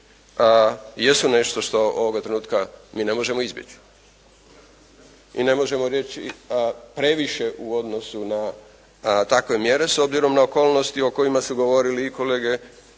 jesu nešto što ovoga trenutka mi ne možemo izbjeći. Mi ne možemo reći previše u odnosu na takve mjere s obzirom na okolnosti o kojima su govorili i kolege